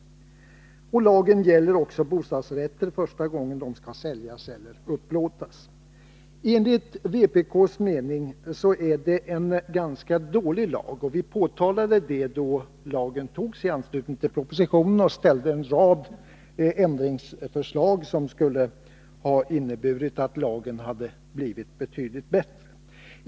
Lagen gäller också bostadsrätter första gången de skall säljas eller upplåtas. Enligt vpk:s mening är det en ganska dålig lag. Vi påtalade det då lagen togs i anslutning till propositionen och ställde en rad ändringsförslag som skulle ha inneburit att lagen blivit betydligt bättre.